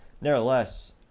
Nevertheless